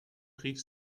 rief